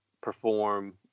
perform